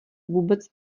vůbec